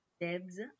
Debs